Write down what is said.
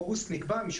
באילת.